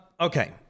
Okay